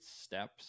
steps